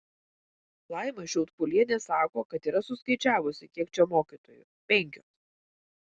laima šiaudkulienė sako kad yra suskaičiavusi kiek čia mokytojų penkios